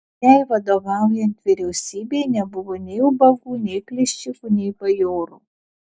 jai vadovaujant vyriausybei nebuvo nei ubagų nei plėšikų nei bajorų